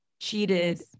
cheated